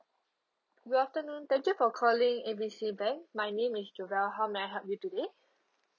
good afternoon thank you for calling A B C bank my name is how may I help you today